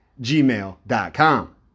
gmail.com